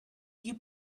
you